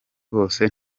bose